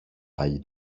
πάλι